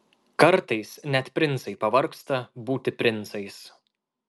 kartais net princai pavargsta būti princais